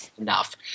enough